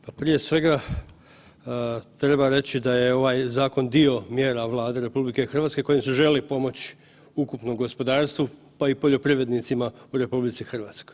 Pa, prije svega treba reći da je ovaj zakon dio mjera Vlade RH kojim se želim pomoć ukupnom gospodarstvu, pa i poljoprivrednicima u RH.